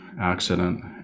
accident